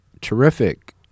terrific